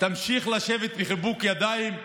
תמשיך לשבת בחיבוק ידיים?